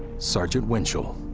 sergeant winchell.